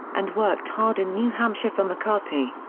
and worked hard in new hampshire for mccarthy.